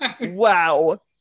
Wow